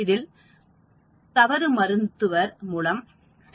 இதில் தவறு மருத்துவர் மூலம் சில நேரங்களில் ஏற்படலாம்